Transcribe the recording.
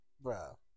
bro